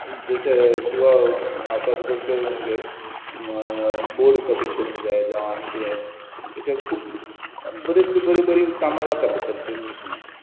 जशें तुका आतां तुका कितें करूंक जाय बोर्ड कटींग करूंक जाय जावं आनीक कितें अशें खूब बरीं बरीं कामां जातात ड्रील मॅशीनान